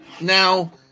now